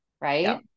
right